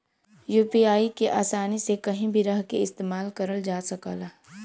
UPI के आसानी से कहीं भी रहके इस्तेमाल करल जा सकला